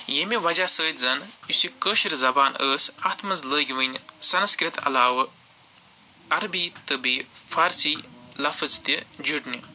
ییٚمہِ وجہہ سۭتۍ زَن یُس یہِ کٲشِر زَبان ٲسۍ اَتھ منٛز لٔگۍ ؤنۍ سَنسکرت علاوٕ عربی تہٕ بیٚیہِ فارسی لَفظ تہِ جُڈنہِ